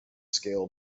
scale